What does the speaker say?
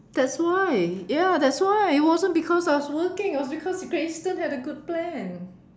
that's why ya that's why it wasn't because I was working it was because Great Eastern had a good plan